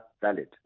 valid